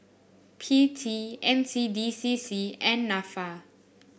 P T N C D C C and NAFA